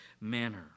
manner